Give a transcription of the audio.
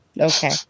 Okay